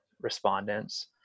respondents